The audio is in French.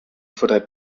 faudrait